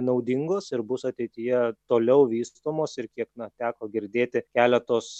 naudingos ir bus ateityje toliau vystomos ir kiek na teko girdėti keletos